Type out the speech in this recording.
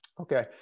Okay